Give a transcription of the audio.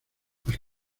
las